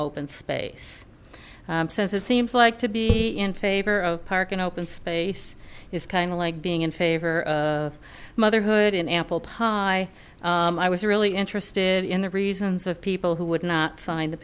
open space since it seems like to be in favor of parking open space is kind of like being in favor of motherhood and apple pie i was really interested in the reasons of people who would not sign